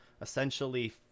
essentially